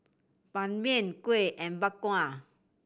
Ban Mian kuih and Bak Kwa